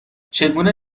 چگونه